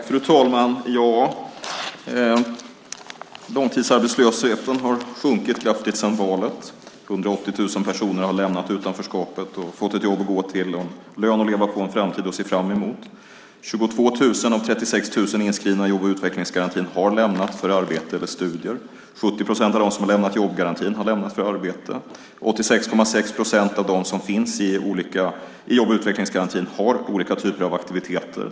Fru talman! Långtidsarbetslösheten har sjunkit kraftigt sedan valet. Det är 180 000 personer som har lämnat utanförskapet, fått ett jobb att gå till, lön att leva på och en framtid att se fram emot. Det är 22 000 av 36 000 inskrivna i jobb och utvecklingsgarantin som har lämnat den för arbete eller studier. Det är 70 procent av dem som har lämnat jobbgarantin som har lämnat för arbete. Det är 86,6 procent av dem som finns i jobb och utvecklingsgarantin som har olika typer av aktiviteter.